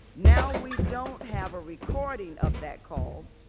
now we don't have a recording of that call,